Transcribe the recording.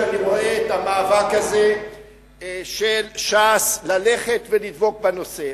כשאני רואה את המאבק הזה של ש"ס ללכת ולדבוק בנושא.